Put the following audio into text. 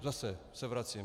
Zase se vracím.